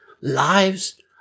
lives